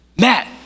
Matt